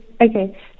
Okay